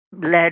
led